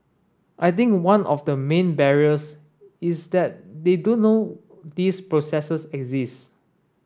I think one of the main barriers is that they don't know these processes exist